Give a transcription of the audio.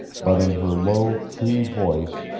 but in her low cree voice,